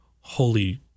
holy